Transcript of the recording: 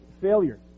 failure